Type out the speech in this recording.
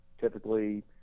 typically